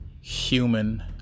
human